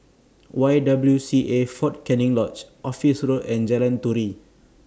Y W C A Fort Canning Lodge Office Road and Jalan Turi